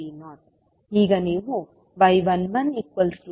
75V0 ಈಗ ನೀವು y11I1V1 0